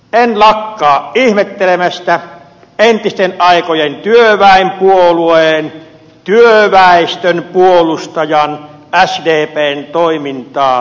en lakkaa ihmettelemästä entisten aikojen työväenpuolueen työväestön puolustajan sdpn toimintaa lain valmistelussa